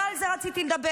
אבל לא על זה רציתי לדבר.